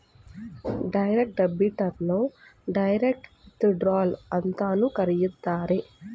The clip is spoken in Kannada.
ಡೈರೆಕ್ಟ್ ಡೆಬಿಟ್ ಅನ್ನು ಡೈರೆಕ್ಟ್ ವಿಥ್ ಡ್ರಾಯಲ್ ಅಂತಲೂ ಕರೆಯುತ್ತಾರೆ